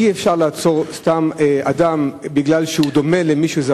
ואי-אפשר לעצור סתם אדם בגלל שהוא דומה למישהו.